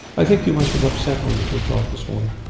i think you must have upset me with your talk this morning.